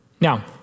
Now